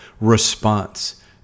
response